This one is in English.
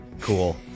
Cool